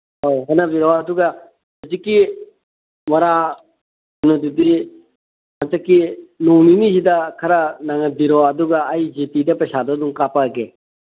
ꯍꯣꯏ ꯍꯣꯠꯅꯕꯤꯔꯣ ꯑꯗꯨꯒ ꯍꯧꯖꯤꯛꯀꯤ ꯃꯣꯔꯥ ꯀꯩꯅꯣꯗꯨꯗꯤ ꯍꯟꯗꯛꯀꯤ ꯅꯣꯡ ꯅꯤꯅꯤꯁꯤꯗ ꯈꯔ ꯅꯪꯍꯟꯕꯤꯔꯛꯑꯣ ꯑꯗꯨꯒ ꯑꯩ ꯖꯤ ꯄꯦꯗ ꯄꯩꯁꯥꯗꯣ ꯑꯗꯨꯝ ꯀꯥꯞꯄꯛꯑꯒꯦ